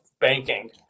banking